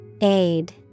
Aid